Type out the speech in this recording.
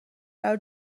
برا